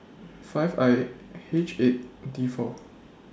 five I H eight D four